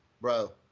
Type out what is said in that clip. bro